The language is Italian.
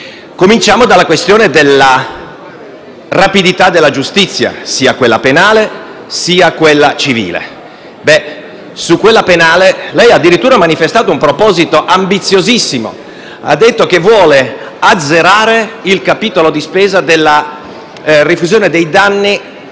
Iniziamo dalla questione della rapidità della giustizia, sia penale che civile. Su quella penale lei ha addirittura manifestato un proposito ambiziosissimo. Ha detto che vuole azzerare il capitolo di spesa della rifusione dei danni